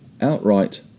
outright